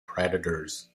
predators